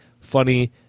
funny